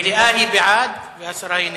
מליאה היא בעד והסרה היא נגד.